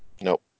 Nope